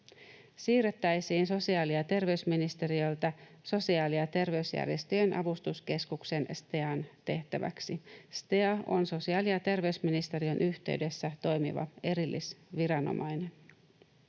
siirrettäisiin sosiaali- ja terveysministeriöltä Sosiaali- ja terveysjärjestöjen avustuskeskuksen STEAn tehtäväksi. STEA on sosiaali- ja terveysministeriön yhteydessä toimiva erillisviranomainen.